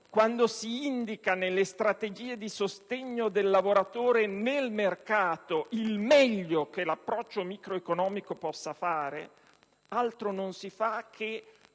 quando si indica nelle strategie di sostegno del lavoratore nel mercato il meglio che l'approccio microeconomico possa fare ... altro non si fa che